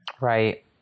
Right